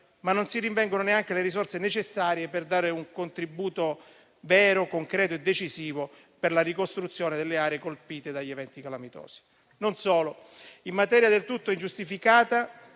ma non si rinvengono neanche le risorse necessarie a dare un contributo vero, concreto e decisivo per la ricostruzione delle aree colpite dagli eventi calamitosi. Non solo: in maniera del tutto ingiustificata,